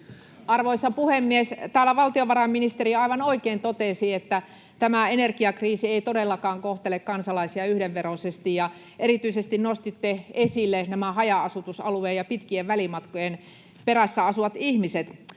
Arvoisa puhemies! Täällä valtiovarainministeri aivan oikein totesi, että tämä energiakriisi ei todellakaan kohtele kansalaisia yhdenveroisesti, ja erityisesti nostitte esille nämä haja-asutusalueilla ja pitkien välimatkojen perässä asuvat ihmiset.